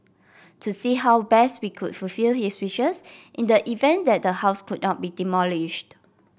to see how best we could fulfil his wishes in the event that the house could not be demolished